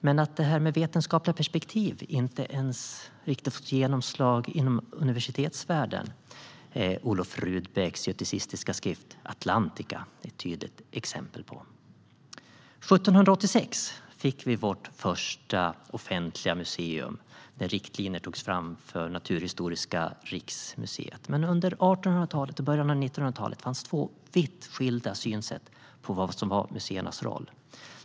Men att vetenskapliga perspektiv inte ens fick genomslag i universitetsvärlden är Olof Rudbecks göticistiska skrift Atlantica ett tydligt exempel på. År 1786 fick vi vårt första offentliga museum när riktlinjer togs fram för Naturhistoriska riksmuseet. Men under 1800-talet och början av 1900talet fanns två vitt skilda synsätt på vad som var museernas roll.